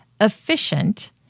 efficient